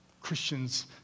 Christians